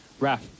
Raph